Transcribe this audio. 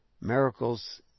miracles